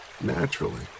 naturally